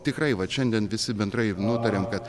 tikrai vat šiandien visi bendrai nutarėm kad